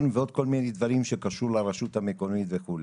ועוד כל מיני דברים שקשורים לרשות המקומית וכולי.